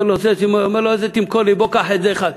אומר לו, איזה תמכור לי, בוא קח את זה, אחד.